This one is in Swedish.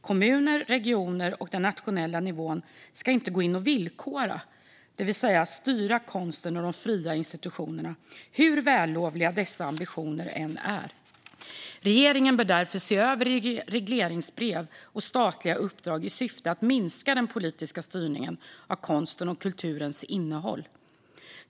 Kommuner, regioner och den nationella nivån ska inte gå in och villkora - det vill säga styra - konsten och de fria institutionerna, hur vällovliga dessa ambitioner än är. Regeringen bör därför se över regleringsbrev och statliga uppdrag i syfte att minska den politiska styrningen av konstens och kulturens innehåll.